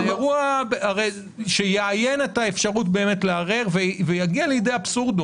זה אירוע שיאיין את האפשרות באמת לערער ויגיע לידי אבסורד.